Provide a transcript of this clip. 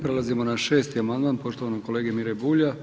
Prelazimo na 6. amandman poštovanog kolege Mire Bulja.